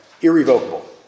irrevocable